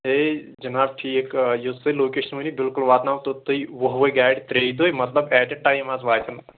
بیٚیہِ جِناب ٹھیٖک آ یُس تۄہہِ لوکیشن ؤنِو بِلکُل واتناو توٚتھُے وُہوَے گاڑِ ترٛیہِ دۅہۍ مطلب ایٹ اَےٚ ٹایم حظ واتن